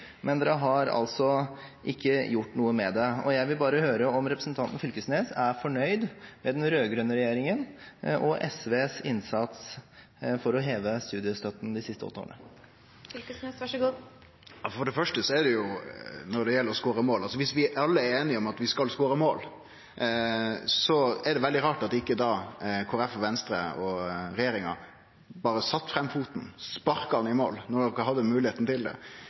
men de har altså ikke gjort noe med det. Jeg vil bare høre om representanten Fylkesnes er fornøyd med den rød-grønne regjeringen og SVs innsats for å heve studiestøtten de siste åtte årene. For det første – når det gjeld å score mål: Viss vi alle er einige om at vi skal score mål, er det veldig rart at ikkje Kristeleg Folkeparti, Venstre og regjeringa berre sette foten fram og sparka ballen i mål når dei hadde moglegheita til det.